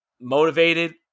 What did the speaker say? motivated